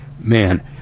Man